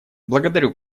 благодарю